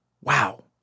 wow